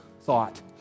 thought